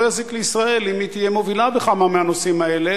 לא יזיק לישראל אם היא תהיה מובילה בכמה מהנושאים האלה.